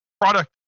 product